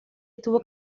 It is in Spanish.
estuvo